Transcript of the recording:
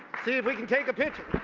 see if we can take a picture.